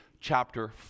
chapter